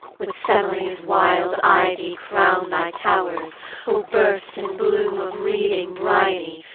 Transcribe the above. with semele's wild ivy crown thy towers oh, burst in bloom of wreathing bryony,